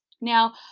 Now